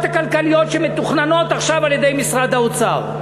הכלכליות שמתוכננות עכשיו על-ידי משרד האוצר.